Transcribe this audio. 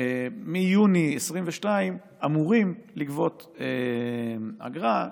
מיוני 2022 אמורים לגבות אגרה,